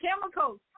chemicals